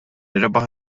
rebaħ